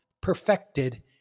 perfected